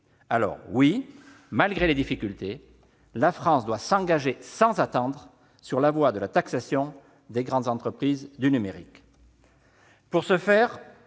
Alors, oui, malgré les difficultés, la France doit s'engager sans attendre sur la voie de la taxation des grandes entreprises du numérique. Pour ce faire,